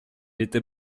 était